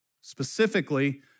Specifically